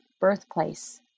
birthplace